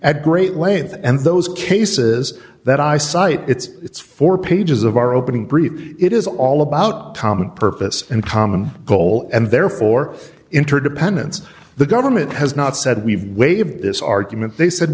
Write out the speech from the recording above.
at great length and those cases that i cite it's four pages of our opening brief it is all about common purpose and common goal and therefore interdependence the government has not said we've way of this argument they said